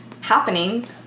happening